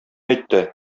әйтте